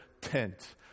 tent